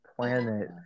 planet